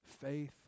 Faith